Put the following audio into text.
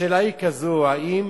השאלה היא כזאת, האם